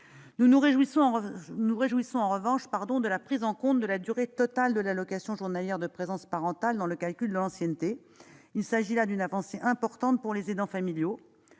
Nous nous réjouissons en revanche de la prise en compte de la durée totale de l'allocation journalière de présence parentale dans le calcul de l'ancienneté. Il s'agit là d'une avancée importante pour les aidants familiaux.